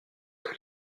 que